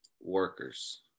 workers